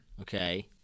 Okay